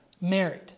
married